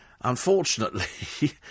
unfortunately